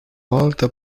volta